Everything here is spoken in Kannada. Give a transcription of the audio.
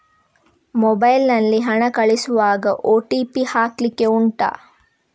ಮೊಬೈಲ್ ನಲ್ಲಿ ಹಣ ಕಳಿಸುವಾಗ ಓ.ಟಿ.ಪಿ ಹಾಕ್ಲಿಕ್ಕೆ ಉಂಟಾ